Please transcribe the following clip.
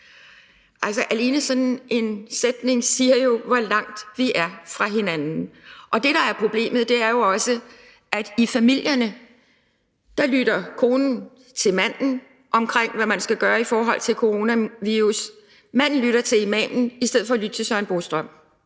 Altså, alene sådan en sætning siger jo, hvor langt vi er fra hinanden. Og det, der er problemet, er jo også, at det i familierne er sådan, at konen lytter til manden, i forhold til hvad man skal gøre i forhold til coronavirus, og manden lytter til imamen i stedet for at lytte til Søren Brostrøm.